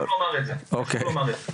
חשוב לומר את זה, אני מעריך את זה.